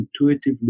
intuitively